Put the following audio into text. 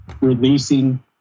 releasing